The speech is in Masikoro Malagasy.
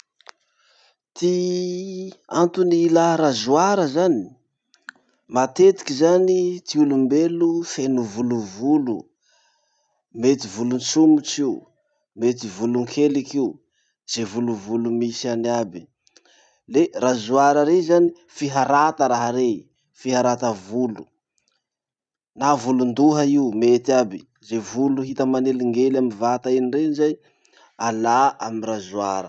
Ty antony ilà rasoir, matetiky zany ty olombelo feno volovolo. Mety volo tsomotsy io, mety volonkeloky io, ze volovolo misy any iaby. Le rasoir rey zany, fiharata raha rey, fiharata volo, na volondoha io mety aby, ze volo hita manelingely amy vata eny rey zay, alà amy rasoir.